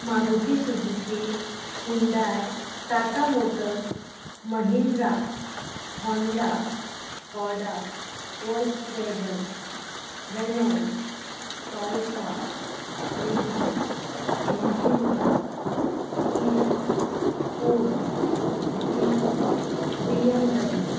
Maruti Suzuki Hyundai Tata Motors Mahindra Honda Skoda Volkswagen Renault Toyota Nissan M G Motors Kia Ford Jeep B M W